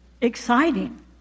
exciting